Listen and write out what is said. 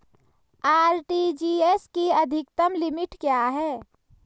RTGS की अधिकतम limit क्या है?